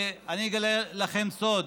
ואני אגלה לכם סוד,